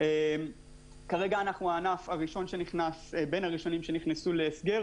כרגע אנחנו בין הענפים הראשונים שנכנסו להסגר